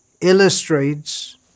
illustrates